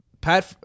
Pat